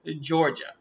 Georgia